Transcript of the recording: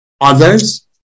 others